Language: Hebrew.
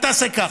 אל תעשה ככה.